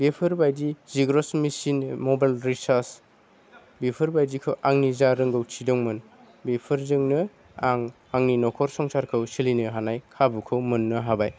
बेफोरबायदि xerox machine mobile recharge बेफोरबायदिखौ आंनि जा रोंगौथि दंमोन बेफोरजोंनो आं आंनि न'खर संसारखौ सोलिनो हानाय खाबुखौ मोननो हाबाय